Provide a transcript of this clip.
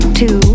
two